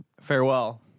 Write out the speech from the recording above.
Farewell